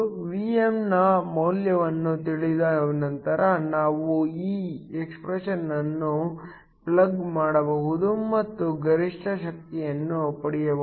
Vm ನ ಮೌಲ್ಯವನ್ನು ತಿಳಿದ ನಂತರ ನಾವು ಈ ಎಕ್ಸ್ಪ್ರೆಶನ್ ಅನ್ನು ಪ್ಲಗ್ ಮಾಡಬಹುದು ಮತ್ತು ಗರಿಷ್ಠ ಶಕ್ತಿಯನ್ನು ಪಡೆಯಬಹುದು